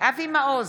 אבי מעוז,